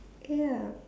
ya